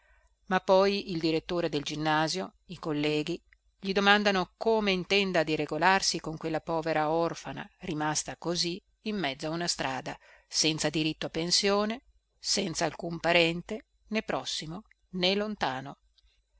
ma poi il direttore del ginnasio i colleghi gli domandano come intenda di regolarsi con quella povera orfana rimasta così in mezzo a una strada senza diritto a pensione senza alcun parente né prossimo né lontano